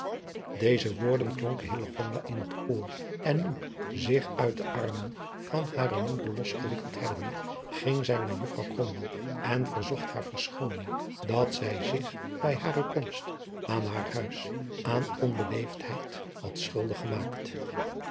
deze woorden klonken hillegonda in het oor en nu zich uit de armen van hare moeder los gewikkeld hebbende ging zij naar juffrouw krombalg en verzocht haar verschooning dat zij zich bij hare komst aan haar huis aan onbeleefdheid had schuldig gemaakt